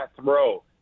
throw